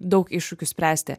daug iššūkių spręsti